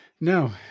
No